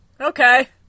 Okay